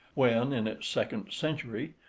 when, in its second century,